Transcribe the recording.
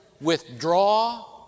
withdraw